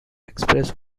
express